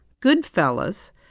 Goodfellas